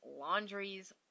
laundries